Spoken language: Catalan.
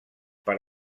per